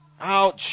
Ouch